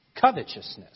covetousness